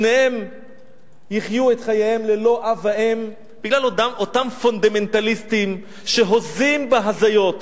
שתיהן יחיו את חייהן ללא אב ואם בגלל אותם פונדמנטליסטים שהוזים בהזיות.